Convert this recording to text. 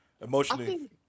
Emotionally